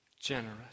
generous